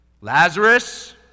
Lazarus